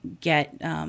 get –